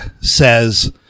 says